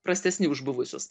prastesni už buvusius